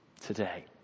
today